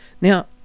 Now